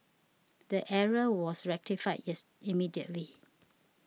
the error was rectified yes immediately